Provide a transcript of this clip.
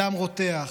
הדם רותח,